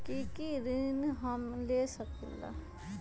की की ऋण हम ले सकेला?